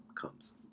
comes